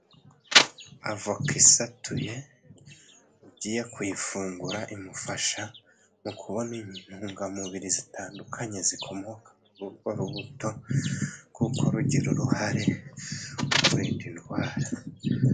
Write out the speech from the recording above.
Avoka isatuye ugiye kuyifungura imufasha mu kubona intungamubiri zitandukanye zikomoka kuri urwo rubuto kuko rugira uruhare mu kurinda indwara.